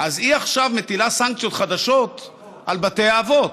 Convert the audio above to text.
אז היא עכשיו מטילה סנקציות חדשות על בתי האבות.